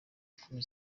kumi